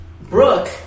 Brooke